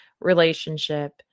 relationship